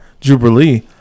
Jubilee